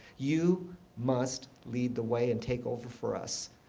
you must lead the way and take over for us.